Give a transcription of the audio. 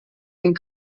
been